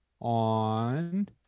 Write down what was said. on